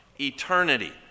eternity